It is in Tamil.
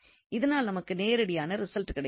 இதனால் நமக்கு நேரடியான ரிசல்ட் கிடைக்கிறது